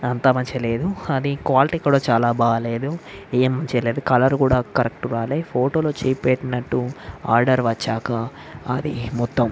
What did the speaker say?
అంతా మంచిగా లేదు అది క్వాలిటీ కూడా చాలా బాలేదు ఏమి చేయలేదు కలర్ కూడా కరెక్ట్ రాలేదు ఫోటోలు పెట్టిన్నట్టు ఆర్డర్ వచ్చాక అది మొత్తం